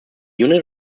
unit